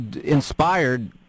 inspired